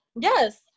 Yes